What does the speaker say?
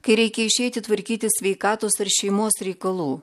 kai reikia išeiti tvarkyti sveikatos ir šeimos reikalų